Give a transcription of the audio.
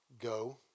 go